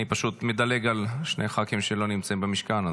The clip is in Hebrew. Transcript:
אני פשוט מדלג על שני ח"כים שלא נמצאים במשכן,